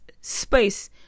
space